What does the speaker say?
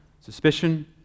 suspicion